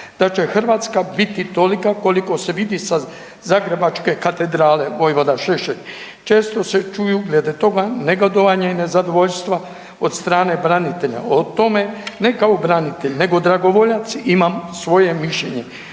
da će Hrvatska biti toliko koliko se vidi sa zagrebačke katedrale, vojvoda Šešelj. Često se čuju glede toga negodovanje i nezadovoljstva od strane branitelja, od tome ne kao branitelj nego dragovoljac imam svoje mišljenje.